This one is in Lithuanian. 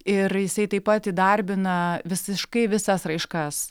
ir jisai taip pat įdarbina visiškai visas raiškas